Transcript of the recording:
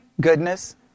goodness